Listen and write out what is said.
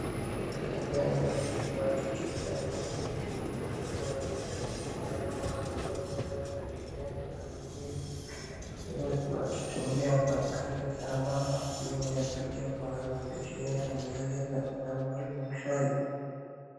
Wanariadha wawili wakikimbia pamoja kwenye uwanja wa michezo, mmoja wao amevaa fulana ya kijani na mwingine nyeusi, wakikimbia kwa kasi sambamba, chini ya picha iko na maandishi yao inaeleza Samuel Muchai.